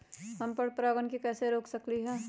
हम पर परागण के कैसे रोक सकली ह?